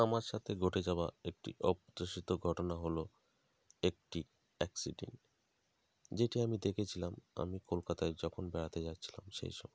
আমার সাথে ঘটে যাওয়া একটি অপ্রত্যাশিত ঘটনা হল একটি অ্যাক্সিডেন্ট যেটি আমি দেখেছিলাম আমি কলকাতায় যখন বেড়াতে যাচ্ছিলাম সেই সময়ে